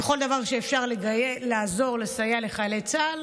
ובכל דבר שאפשר לסייע לחיילי צה"ל